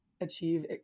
achieve